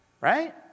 right